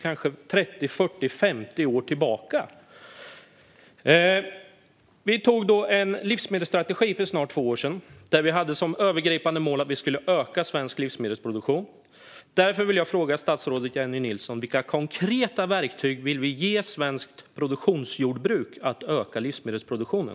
För snart två år sedan antogs en livsmedelsstrategi med det övergripande målet att öka svensk livsmedelsproduktion. Jag frågar därför statsrådet Jennie Nilsson: Vilka konkreta verktyg vill vi ge svenskt produktionsjordbruk för att öka livsmedelsproduktionen?